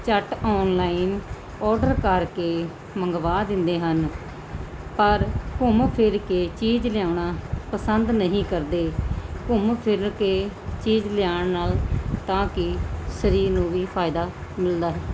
ਝੱਟ online order ਕਰ ਕੇ ਮੰਗਵਾ ਦਿੰਦੇ ਹਨ ਪਰ ਘੁੰਮ ਫਿਰ ਕੇ ਚੀਜ਼ ਲਿਆਉਣਾ ਪਸੰਦ ਨਹੀਂ ਕਰਦੇ ਘੁੰਮ ਫਿਰ ਕੇ ਚੀਜ਼ ਲਿਆਉਣ ਨਾਲ ਤਾਂ ਕਿ ਸਰੀਰ ਨੂੰ ਵੀ ਫ਼ਾਇਦਾ ਮਿਲਦਾ ਹੈ